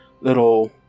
little